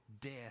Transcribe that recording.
death